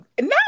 no